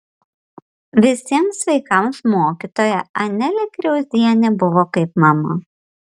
visiems vaikams mokytoja anelė kriauzienė buvo kaip mama